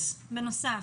פלוס, בנוסף.